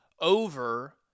over